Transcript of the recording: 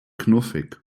knuffig